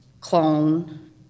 clone